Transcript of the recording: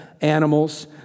animals